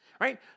right